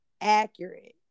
accurate